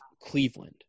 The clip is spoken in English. Cleveland